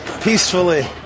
peacefully